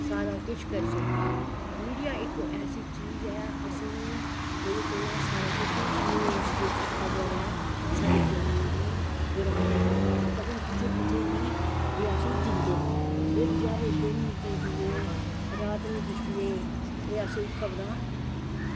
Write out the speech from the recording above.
सारे करी सकदी मिडिया इक ऐसी चीज़ ऐ असेंगी एह्दे कोला दा सारा किश न्यूज़ जेह्ड़ी ऐ साढ़े जम्मू गी ग्राऽ गी पता नी कुत्थें कुत्थें दी एह् असेंगी दिंदे न एह् बचैरे दिन नी दिखदे रात नी दिखदे एह् असेंगी खबरां